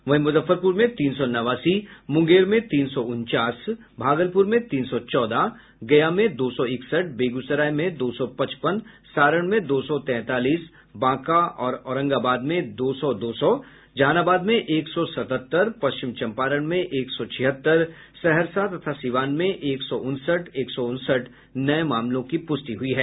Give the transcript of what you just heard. वहीं मुजफ्फरपुर में तीन सौ नवासी मुंगेर में तीन सौ उनचास भागलपुर में तीन सौ चौदह गया में दो सौ इकसठ बेगूसराय में दो सौ पचपन सारण में दो सौ तैंतालीस बांका और औरंगाबाद में दो दो सौ जहानबाद में एक सौ सतहत्तर पश्चिम चंपारण में एक सौ छिहत्तर सहरसा तथा सिवान में एक सौ उनसठ एक सौ उनसठ नये मामलों की पृष्टि हुई है